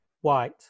white